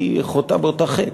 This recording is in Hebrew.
היא חוטאת באותו חטא.